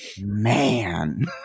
man